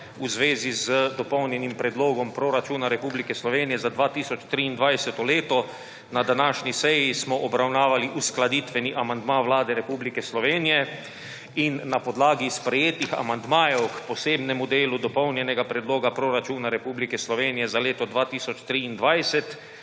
v zvezi z Dopolnjenim predlogom proračuna Republike Slovenije za 2023. leto. Na današnji seji smo obravnavali uskladitveni amandma Vlade Republike Slovenije in na podlagi sprejetih amandmajev k posebnemu delu Dopolnjenega predloga proračuna Republike Slovenije za leto 2023